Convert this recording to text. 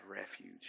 refuge